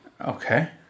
Okay